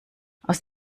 aus